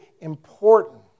important